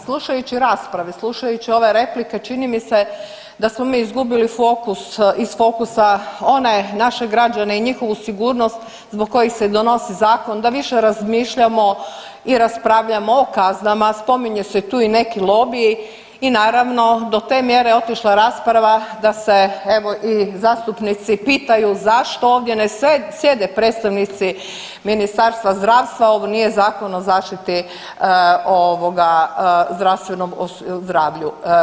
Slušajući rasprave, slušajući ove replike čini mi se da smo mi izgubili fokus, iz fokusa one naše građane i njihovu sigurnost zbog kojih se donosi zakon da više razmišljamo i raspravljamo o kaznama, spominje se tu i neki lobiji i naravno do te mjere je otišla rasprava da se evo i zastupnici pitaju zašto ovdje ne sjede predstavnici Ministarstva zdravstva ovo nije zakon o zaštiti ovoga zdravstvenom zdravlju.